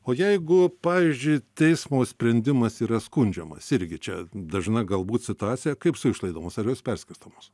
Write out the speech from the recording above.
o jeigu pavyzdžiui teismo sprendimas yra skundžiamas irgi čia dažna galbūt situacija kaip su išlaidomis ar jos perskirstomos